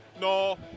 no